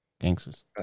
gangsters